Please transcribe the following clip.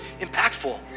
impactful